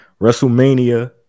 WrestleMania